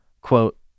quote